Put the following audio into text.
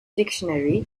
dictionary